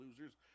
losers